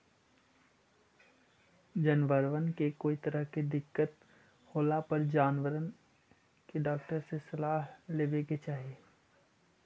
जनबरबन के कोई तरह के दिक्कत होला पर जानबर के डाक्टर के सलाह लेबे के चाहि